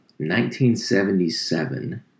1977